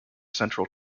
central